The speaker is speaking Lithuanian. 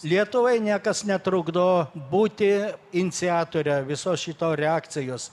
lietuvai niekas netrukdo būti iniciatore viso šito reakcijos